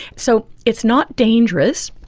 so it's not dangerous,